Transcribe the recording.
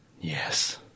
Yes